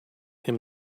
him